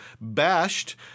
Bashed